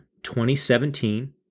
2017